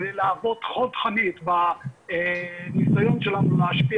כדי להוות חוד חנית בניסיון שלנו להשפיע